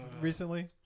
recently